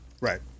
Right